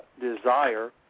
desire